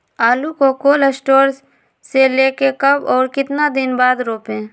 आलु को cold store से ले के कब और कितना दिन बाद रोपे?